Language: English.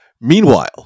meanwhile